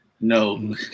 No